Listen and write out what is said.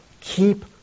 Keep